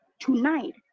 tonight